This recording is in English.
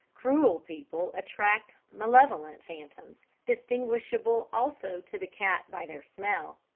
cruel people attract malevolent phantoms, distinguishable also to the cat by their smell,